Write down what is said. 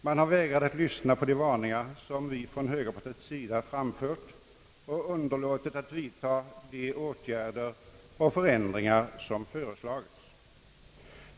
Man har vägrat att lyssna på de Statsverkspropositionen m.m. varningar, som vi från högerpartiets sida har framfört, och underlåtit att vidta de åtgärder för förändringar som föreslagits.